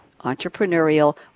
entrepreneurial